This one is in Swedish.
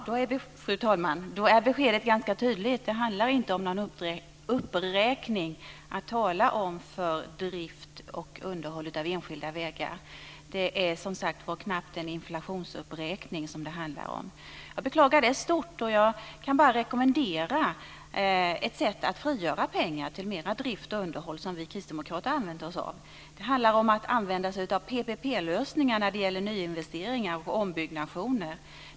Fru talman! Då är beskedet ganska tydligt. Det handlar inte om någon uppräkning att tala om, för drift och underhåll av enskilda vägar. Det är knappt en inflationsuppräkning. Jag beklagar det djupt. Jag kan bara rekommendera ett sätt att frigöra pengar till mera drift och underhåll som vi kristdemokrater har använt oss av. Det handlar om PPP-lösningar när det gäller nyinvesteringar och ombyggnationer.